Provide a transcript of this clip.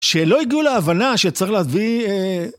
שלא הגיעו להבנה שצריך להביא